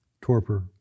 torpor